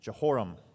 Jehoram